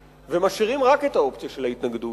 ומשאירים רק את האופציה של ההתנגדות,